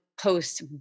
post